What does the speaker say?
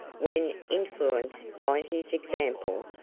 when, influenced by his example,